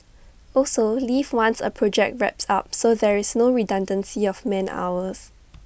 also leave once A project wraps up so there is no redundancy of man hours